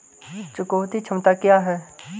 चुकौती क्षमता क्या है?